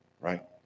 right